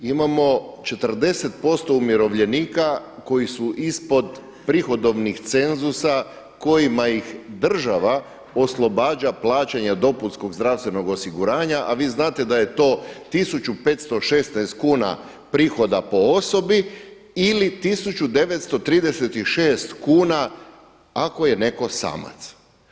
Imamo 40% umirovljenika koji su ispod prihodovnih cenzusa kojima ih država oslobađa plaćanja dopunskog zdravstvenog osiguranja a vi znate da je to 1516 kuna prihoda po osobi ili 1936 kuna ako je netko samac.